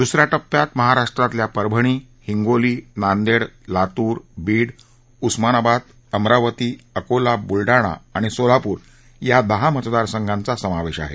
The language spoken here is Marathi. दुस या टप्प्यात महाराष्ट्यातल्या परभणी हिंगोली नांदेड लातूर बीड उस्मानाबाद अमरावती अकोला बुलडाणा आणि सोलापूर या दहा मतदारसंघाचा समावेश आहे